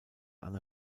anne